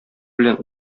белән